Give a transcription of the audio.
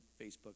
Facebook